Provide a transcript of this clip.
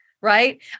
right